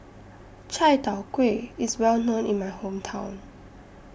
Chai Tow Kway IS Well known in My Hometown